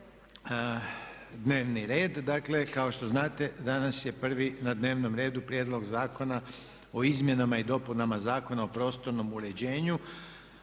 (HDZ)** Dakle, kao što znate danas je prvi na dnevnom redu - Prijedlog zakona o izmjenama i dopunama Zakona o prostornom uređenju,